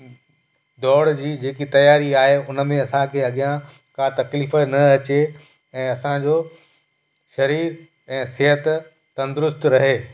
दौड़ जी जेकी तयारी आहे उनमें असांखे अॻियां का तकलीफ़ न अचे ऐं असांजो शरीर ऐं सिहत तंदुरुस्तु रहे